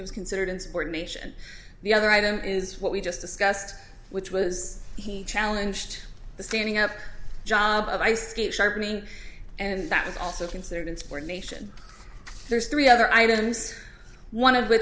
was considered insubordination the other item is what we just discussed which was he challenged the standing up job of ice skate sharpening and that was also considered sport nation there's three other items one of which